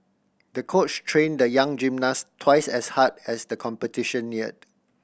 the coach trained the young gymnast twice as hard as the competition neared